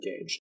engage